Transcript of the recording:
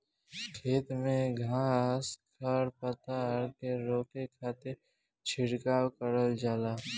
खेत में घास खर पतवार के रोके खातिर छिड़काव करल जाला